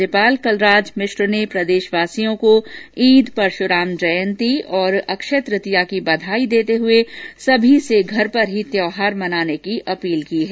राज्यपाल कलराज मिश्र ने प्रदेशवासियों को ईद परश्राम जयन्ती और अक्षय तृतीया की बधाई देते हये सभी से घर पर ही त्योहार मनाने की अपील की है